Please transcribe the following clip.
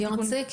נרצה,